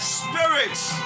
spirits